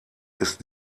ist